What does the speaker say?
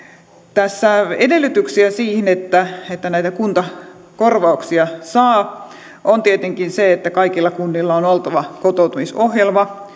tässä edellytyksenä siihen että että näitä kuntakorvauksia saa on tietenkin se että kaikilla kunnilla on oltava kotoutumisohjelma